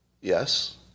yes